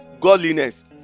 Godliness